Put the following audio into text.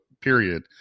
period